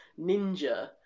ninja